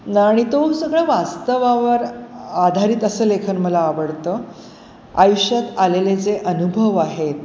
आणि तो सगळं वास्तवावर आधारित असं लेखन मला आवडतं आयुष्यात आलेले जे अनुभव आहेत